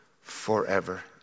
forever